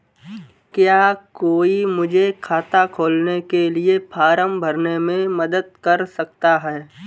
क्या कोई मुझे खाता खोलने के लिए फॉर्म भरने में मदद कर सकता है?